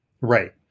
Right